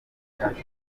atwara